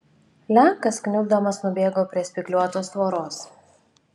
lenkas kniubdamas nubėgo prie spygliuotos tvoros